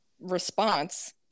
response